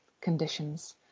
conditions